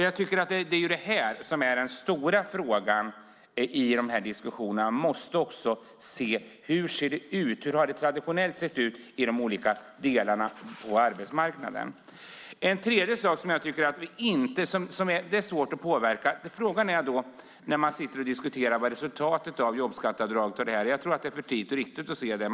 Jag tycker att detta är den stora frågan i de här diskussionerna: Man måste se hur det ser ut och hur det traditionellt har sett ut på de olika delarna av arbetsmarknaden. En tredje sak är frågan om vad resultatet av jobbskatteavdraget är. Jag tror att det är för tidigt att se det.